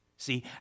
See